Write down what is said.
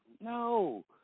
no